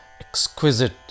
exquisite